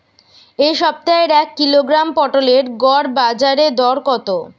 এ সপ্তাহের এক কিলোগ্রাম পটলের গড় বাজারে দর কত?